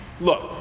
Look